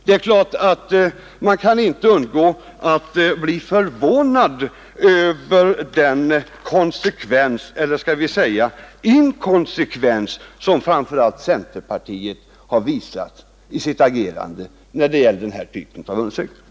Det är klart att man inte kan undgå att bli förvånad över den konsekvens, eller skall vi säga inkonsekvens, som framför allt centerpartiet har visat i sitt agerande när det gäller inställningen till den här typen av undersökningar.